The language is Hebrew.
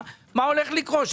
מה הולך לקרות?